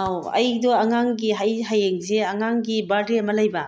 ꯑꯥꯎ ꯑꯩꯗꯨ ꯑꯉꯥꯡꯒꯤ ꯍꯌꯦꯡꯁꯦ ꯑꯉꯥꯡꯒꯤ ꯕꯥꯔꯗꯦ ꯑꯃ ꯂꯩꯕ